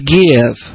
give